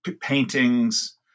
paintings